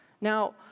Now